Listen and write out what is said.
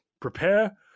prepare